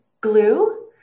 glue